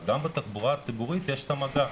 אז גם בתחבורה הציבורית יש את המגע,